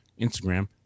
Instagram